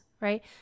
right